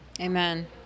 Amen